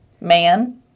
man